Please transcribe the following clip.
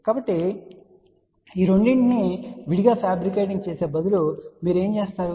కాబట్టి ఈ రెండింటిని విడిగా ఫ్యాబ్రికేటింగ్ చేసే బదులు మీరు ఏమి చేస్తారు